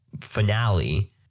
finale